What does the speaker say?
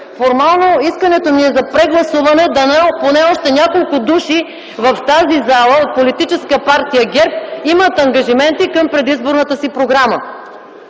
Формално искането ми е за прегласуване: дано поне още няколко души от Политическа партия ГЕРБ в тази зала имат ангажименти към предизборната си програма.